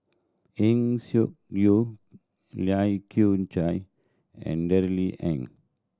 Eng Siak Loy Lai Kew Chai and Darrell Ang